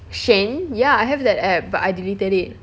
SHEIN ya I have that app but I deleted it